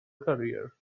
career